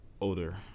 older